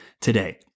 today